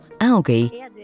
algae